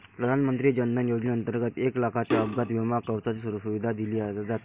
प्रधानमंत्री जन धन योजनेंतर्गत एक लाखाच्या अपघात विमा कवचाची सुविधा दिली जाते